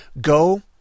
Go